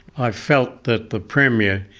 i felt that the premier,